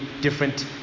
different